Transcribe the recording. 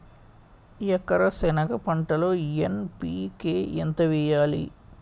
ఎకర సెనగ పంటలో ఎన్.పి.కె ఎంత వేయాలి?